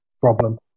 problem